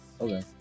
Okay